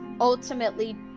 ultimately